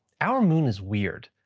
our moon is weird.